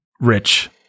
rich